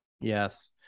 Yes